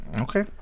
Okay